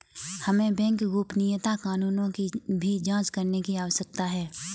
हमें बैंक गोपनीयता कानूनों की भी जांच करने की आवश्यकता है